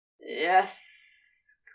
yes